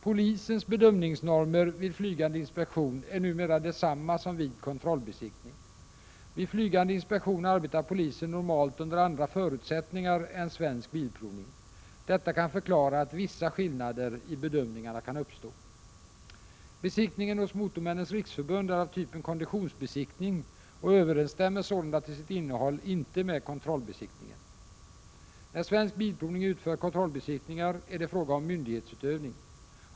Polisens bedömningsnormer vid flygande inspektion är numera desamma som vid kontrollbesiktning. Vid flygande inspektion arbetar polisen normalt under andra förutsättningar än Svensk Bilprovning. Detta kan förklara att vissa skillnader i bedömningarna kan uppstå. Besiktningen hos Motormännens riksförbund är av typen konditionsbesiktning och överensstämmer sålunda till sitt innehåll inte med kontrollbesiktningen. När Svensk Bilprovning utför kontrollbesiktningar är det fråga om myndighetsutövning.